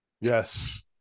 Yes